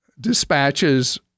dispatches